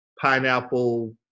pineapple